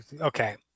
Okay